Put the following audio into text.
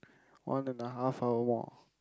one and a half hour more